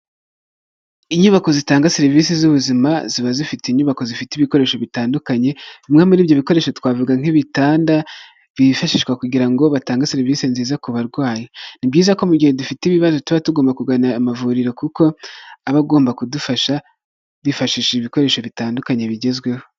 Inyubako zitanga serivisi z'ubuzima, ziba zifite inyubako zifite ibikoresho bitandukanye, bimwe muri ibyo bikoresho twavuga nk'ibitanda byifashishwa kugira ngo batange serivisi nziza ku barwayi. Ni byiza ko mu gihe dufite ibibazo tuba tugomba kugana amavuriro kuko aba agomba kudufasha bifashisha ibikoresho bitandukanye bigezweho.